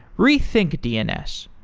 rethink dns,